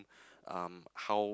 um how